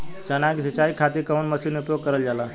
चना के सिंचाई खाती कवन मसीन उपयोग करल जाला?